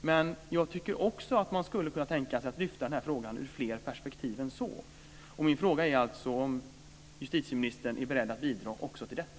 Men jag tycker också att man skulle kunna tänka sig att lyfta fram den här frågan i fler perspektiv än så. Min fråga är: Är justitieministern beredd att bidra också till detta?